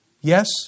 Yes